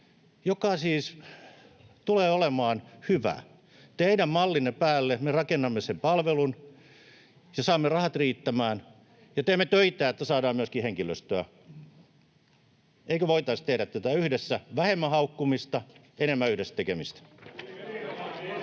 joka siis tulee olemaan hyvä. Teidän mallinne päälle me rakennamme sen palvelun ja saamme rahat riittämään ja teemme töitä, että saadaan myöskin henkilöstöä. Eikö voitaisi tehdä tätä yhdessä? Vähemmän haukkumista, enemmän yhdessä tekemistä.